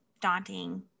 daunting